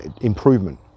improvement